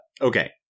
okay